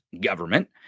government